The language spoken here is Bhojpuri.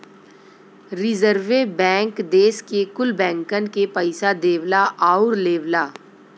रीजर्वे बैंक देस के कुल बैंकन के पइसा देवला आउर लेवला